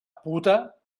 puta